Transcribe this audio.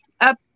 up